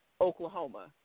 Oklahoma